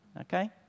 Okay